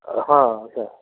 हाँ हाँ